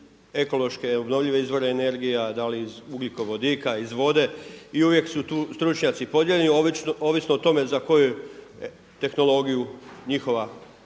ekološke, obnovljive izvore energija, da li iz ugljikovodika, iz vode i uvijek su tu stručnjaci podijeljeni ovisno o tome za koju tehnologiju njihova skupina